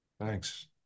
Thanks